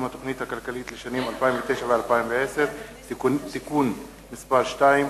התוכנית הכלכלית לשנים 2009 ו-2010) (תיקון מס' 2)